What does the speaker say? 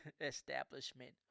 establishment